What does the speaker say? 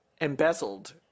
embezzled